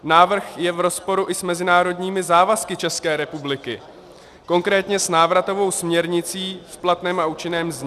Návrh je v rozporu i s mezinárodními závazky České republiky, konkrétně s návratovou směrnicí v platném a účinném znění.